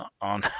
on